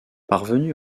parvenu